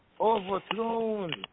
overthrown